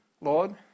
Lord